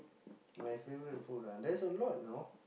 my favourite food ah there's a lot you know